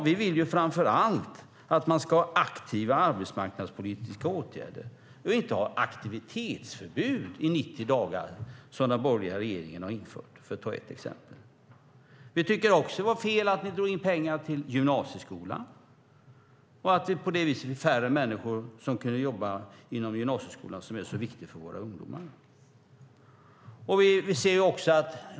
Vi vill framför allt att det ska finnas aktiva arbetsmarknadspolitiska åtgärder och inte att det ska vara aktivitetsförbud i 90 dagar, som den borgerliga regeringen har infört - för att ta ett exempel. Vi tycker också att det var fel att ni drog in pengarna till gymnasieskolan. På så sätt är det färre människor som kan jobba inom gymnasieskolan, som är så viktig för våra ungdomar.